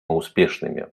успешными